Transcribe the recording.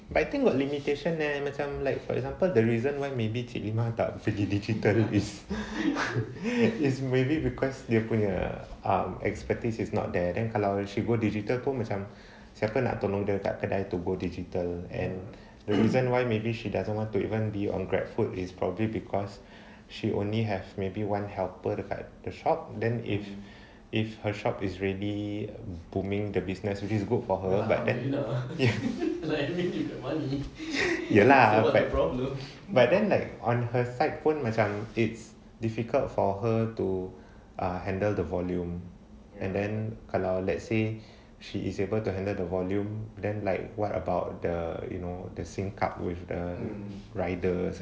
but I think about limitation leh macam like for example the reason why maybe cik limah tak pergi digital is is maybe because dia punya um expertise is not there then kalau she go digital pun macam siapa nak tolong dia kat kedai to go digital and the reason why maybe she doesn't want to even be on grabfood is probably because she only have maybe one helper help dekat the shop then if if her shop is really booming the business which is good for her but then ya ya lah but then like on her side pun macam it's difficult for her to handle the volume and then kalau let's say she is able to handle the volume then like what about the you know the same card with the riders and stuff like